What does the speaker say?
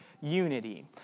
unity